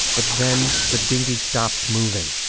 but then the dinghy stopped moving.